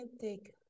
take